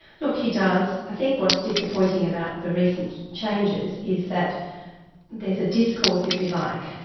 look, he does. i think what's disappointing about the recent changes is that there's a discourse, if you like,